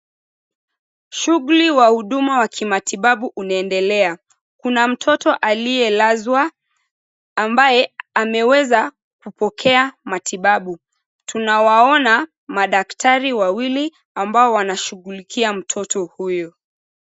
Shughuli wa huduma wa kimatibabu unaendelea. Kuna mtoto aliyelazwa, ambaye ameweza kupokea matibabu. Tunawaona madaktari wawili ambao wanashughulikia mtoto huyo.